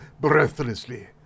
breathlessly